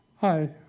Hi